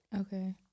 Okay